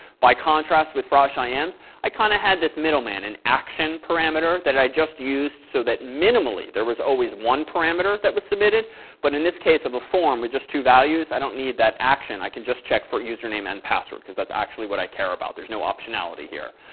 by contrast with frosh ims, i kind of had this middleman an action parameter that i just used so that minimally, there was always one parameter that was submitted but in this case of a form with just two values, i don't need that action. i could just check for username and password because that's actually what i care about. there's no optionality here.